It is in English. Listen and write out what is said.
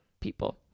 people